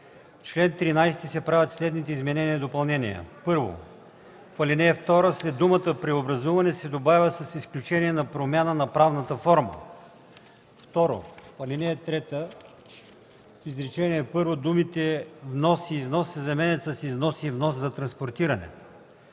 чл. 13 се правят следните изменения и допълнения: 1. В ал. 2 след думата „преобразуване” се добавя „с изключение на промяна на правната форма”. 2. В ал. 3, в изречение първо думите „внос и износ” се заменят с „износ и внос, за транспортиране”,